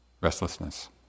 restlessness